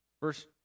verse